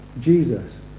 Jesus